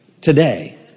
today